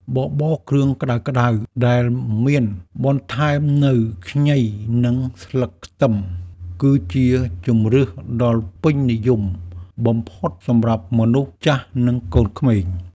បបរគ្រឿងក្ដៅៗដែលមានបន្ថែមនូវខ្ញីនិងស្លឹកខ្ទឹម គឺជាជម្រើសដ៏ពេញនិយមបំផុតសម្រាប់មនុស្សចាស់និងកូនក្មេង។